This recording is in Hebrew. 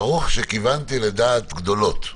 ברוך שכיוונתי לדעת גדולות.